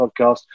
podcast